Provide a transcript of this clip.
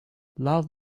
love